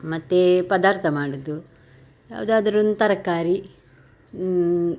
ಮತ್ತು ಪದಾರ್ಥ ಮಾಡುವುದು ಯಾವುದಾದ್ರು ಒಂದು ತರಕಾರಿ